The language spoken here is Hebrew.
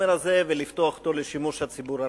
הזה ולפתוח אותו לשימוש הציבור הרחב.